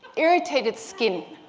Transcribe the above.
irritated skin,